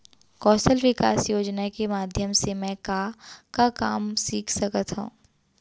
कौशल विकास योजना के माधयम से मैं का का काम सीख सकत हव?